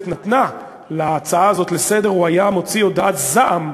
נתנה להצעה הזאת לסדר-היום הוא היה מוציא הודעת זעם,